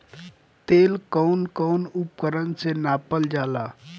तेल कउन कउन उपकरण से नापल जाला?